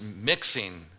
mixing